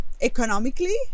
economically